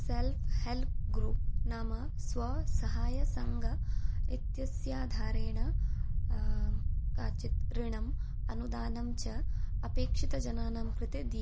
self help group नाम स्वसहायसङ्घ इत्यस्याधारेण काचित् ऋणम् अनुदानञ्च अपेक्षितजनानां कृते दीयते